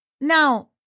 Now